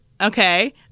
Okay